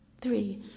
Three